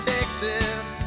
Texas